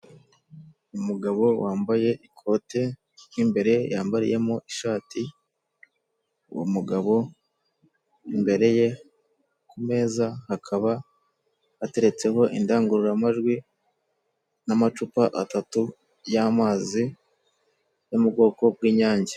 Umugabo wambaye ikote mo imbere yambariyemo ishati, uwo mugabo imbere ye ku meza hakaba hateretseho indangururamajwi n'amacupa atatu y'amazi yo mu bwoko bw'inyange.